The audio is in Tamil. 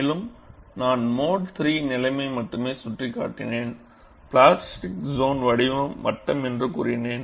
மேலும் நான் மோடு III நிலைமை மட்டுமே சுட்டிக்காட்டினேன் பிளாஸ்டிக் சோன் வடிவம் வட்டம் என்று கூறினேன்